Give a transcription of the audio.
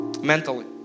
mentally